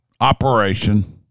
operation